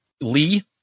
Lee